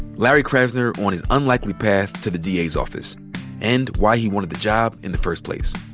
larry krasner on his unlikely path to the da's office and why he wanted the job in the first place.